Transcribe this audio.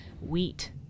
wheat